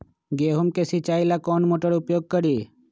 गेंहू के सिंचाई ला कौन मोटर उपयोग करी?